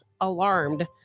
alarmed